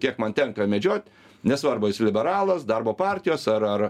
kiek man tenka medžioti nesvarbu ar jis liberalas darbo partijos ar ar